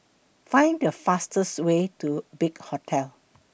Find The fastest Way to Big Hotel